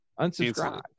unsubscribed